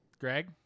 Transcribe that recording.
Greg